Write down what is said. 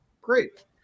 great